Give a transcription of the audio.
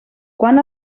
quan